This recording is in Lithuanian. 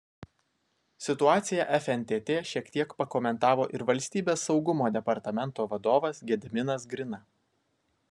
situaciją fntt šiek tiek pakomentavo ir valstybės saugumo departamento vadovas gediminas grina